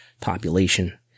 population